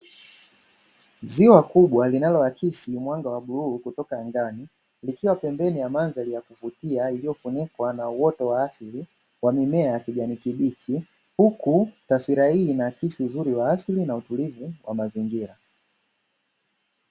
Ziwa kubwa linaloakisi mwanga wa bluu kutoka ndani, likiwa pembeni ya mandhari ya kuvutia iliyofunikwa na uoto wa asili, wa mimea ya kijani kibichi, huku taswira hii inaakisi uzuri wa asili na utulivu wa mazingira.